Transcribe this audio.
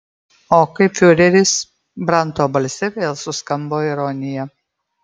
o kaip fiureris branto balse vėl suskambo ironija